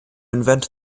invent